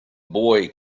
boy